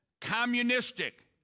communistic